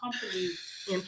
companies